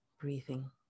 breathing